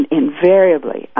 invariably